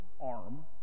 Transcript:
arm